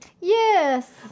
Yes